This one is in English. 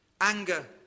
anger